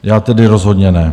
Já tedy rozhodně ne.